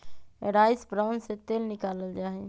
rice bran से तेल निकाल्ल जाहई